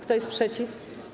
Kto jest przeciw?